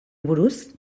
buruz